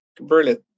brilliant